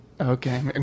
Okay